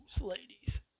ladies